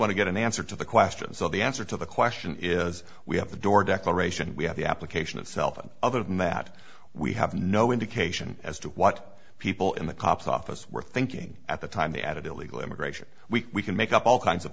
to get an answer to the question so the answer to the question is we have the door declaration we have the application of self and other than that we have no indication as to what people in the cop's office were thinking at the time they added illegal immigration we can make up all kinds of